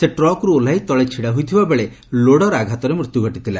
ସେ ଟ୍ରକ୍ରୁ ଓହ୍ଲାଇ ତଳେ ଛିଡ଼ା ହୋଇଥିବା ବେଳେ ଲୋଡର ଆଘାତରେ ମୃତ୍ୟୁ ଘଟିଥିଲା